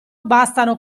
bastano